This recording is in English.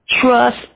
trust